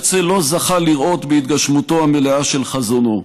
הרצל לא זכה לראות בהתגשמותו המלאה של חזונו,